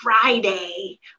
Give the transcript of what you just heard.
friday